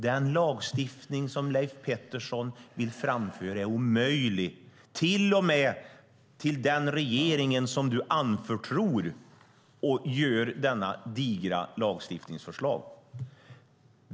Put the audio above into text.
Den lagstiftning som Leif Pettersson föreslår är omöjlig till och med för den regering som han anförtror att ta fram detta digra lagstiftningsförslag.